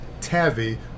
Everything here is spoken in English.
TAVI